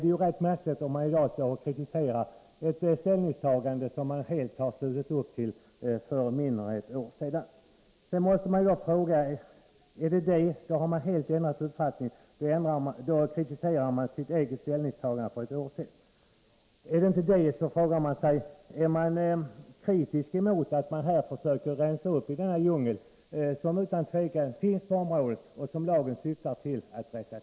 Det är rätt märkligt om moderaterna i dag kritiserar ett ställningstagande som de slöt upp kring för mindre än ett år sedan. I så fall har de helt ändrat uppfattning och kritiserar nu sitt eget ställningstagande för ett år sedan. Eller är moderaterna kritiska mot att man försöker att rensa upp i den djungel som utan tvivel finns på området och som lagen syftar till att avskaffa?